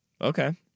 Okay